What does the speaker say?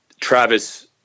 Travis